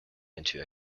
into